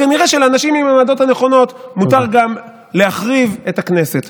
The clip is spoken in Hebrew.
אז כנראה שלאנשים עם העמדות הנכונות מותר גם להחריב את הכנסת.